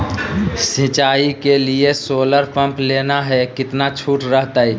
सिंचाई के लिए सोलर पंप लेना है कितना छुट रहतैय?